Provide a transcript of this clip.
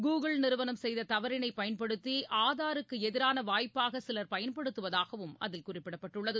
Google நிறுவனம் செய்த தவறினை பயன்படுத்தி ஆதாருக்கு எதிரான வாய்ப்பாக சிலர் பயன்படுத்துவதாகவும் அதில் குறிப்பிடப்பட்டுள்ளது